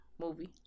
movie